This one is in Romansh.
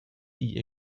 igl